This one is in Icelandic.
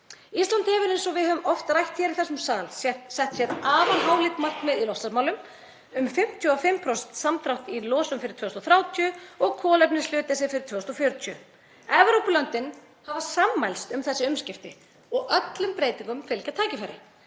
Ísland hefur, eins og við höfum oft rætt í þessum sal, sett sér afar háleit markmið í loftslagsmálum um 55% samdrátt í losun fyrir 2030 og kolefnishlutleysi fyrir árið 2040. Evrópulöndin hafa sammælst um þessi umskipti og öllum breytingum fylgja tækifæri.